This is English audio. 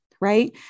right